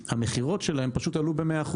המכירות שלהם פשוט עלו ב-100%.